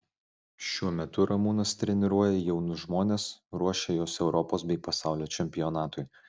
šiuo metu ramūnas treniruoja jaunus žmones ruošia juos europos bei pasaulio čempionatui